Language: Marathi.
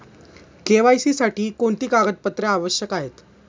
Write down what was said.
के.वाय.सी साठी कोणती कागदपत्रे आवश्यक आहेत?